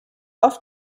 oft